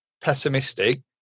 pessimistic